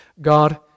God